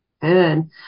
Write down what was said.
Good